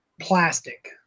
plastic